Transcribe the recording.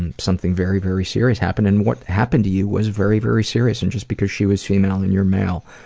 and something very, very serious happened, and what happened to you was very, very serious. and just because she was female and you're male,